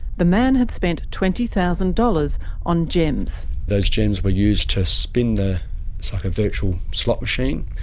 the man had spent twenty thousand dollars on gems. those gems were used to spin the, it's like a virtual slot machine,